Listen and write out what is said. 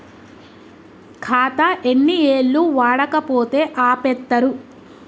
ఖాతా ఎన్ని ఏళ్లు వాడకపోతే ఆపేత్తరు?